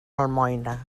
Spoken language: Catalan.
almoina